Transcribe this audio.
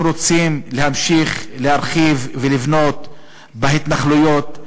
הם רוצים להמשיך להרחיב ולבנות בהתנחלויות.